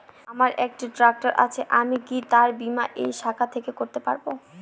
আমার একটি ট্র্যাক্টর আছে আমি কি তার বীমা এই শাখা থেকে করতে পারব?